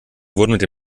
wurden